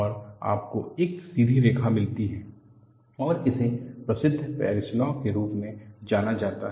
और आपको एक सीधी रेखा मिलती है और इसे प्रसिद्ध पेरिस लॉ के रूप में जाना जाता है